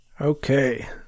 Okay